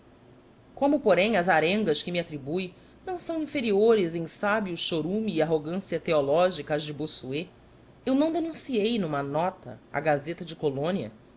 como porém as arengas que me atribui não são inferiores em sábio chorume e arrogância teológica as de bossuet eu não denunciei numa nota à gazeta de colônia